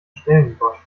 stellenbosch